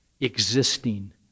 Existing